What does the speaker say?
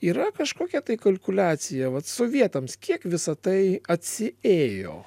yra kažkokia tai kalkuliacija vat sovietams kiek visa tai atsiėjo